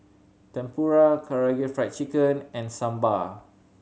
Tempura Karaage Fried Chicken and Sambar